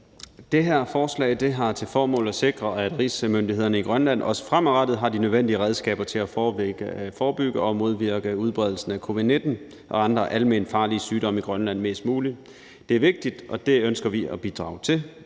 Det her forslag har til formål at sikre, at rigsmyndighederne i Grønland også fremadrettet har de nødvendige redskaber til at forebygge og modvirke udbredelsen af covid-19 og andre alment farlige sygdomme i Grønland mest muligt. Det er vigtigt, og vi ønsker at bidrage til